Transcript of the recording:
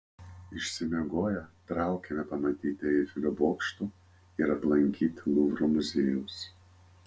išsimiegoję traukėme pamatyti eifelio bokšto ir aplankyti luvro muziejaus